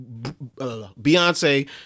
Beyonce